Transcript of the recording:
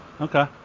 Okay